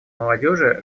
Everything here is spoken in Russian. молодежи